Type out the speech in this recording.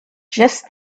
just